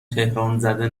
تهرانزده